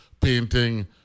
painting